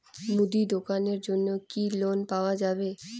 মুদি দোকানের জন্যে কি লোন পাওয়া যাবে?